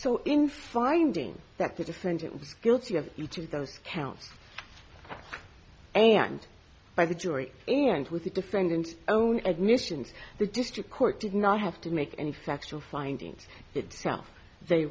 so in finding that the defendant was guilty of each of those counts and by the jury and with the defendant's own admissions the district court did not have to make any factual findings itself they